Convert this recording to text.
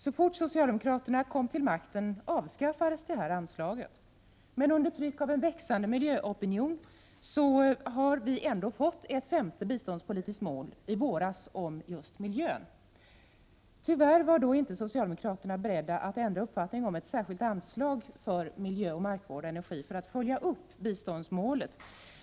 Så fort socialdemokraterna kom till makten avskaffades det här anslaget. Under trycket av en växande miljöopinion fick vi ändå i våras ett femte biståndspolitiskt mål om miljön. Tyvärr var socialdemokraterna då inte beredda att ändra uppfattning i fråga om ett särskilt anslag för miljö, markvård och energi för att följa upp biståndsmålet.